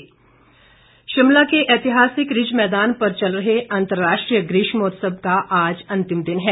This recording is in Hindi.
ग्रीष्मोत्सव शिमला के ऐतिहासिक रिज मैदान पर चल रहे अंतरराष्ट्रीय ग्रीष्मोत्सव का आज अंतिम दिन है